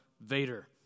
Vader